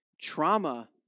Trauma